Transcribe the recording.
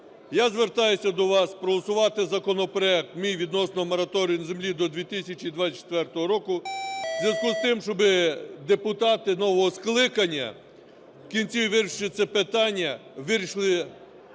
я звертаюся до вас проголосувати законопроект мій, відносно мораторію землі до 2024 року, у зв'язку з тим, щоб депутати нового скликання в кінці вирішення цього питання вирішили